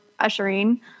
ushering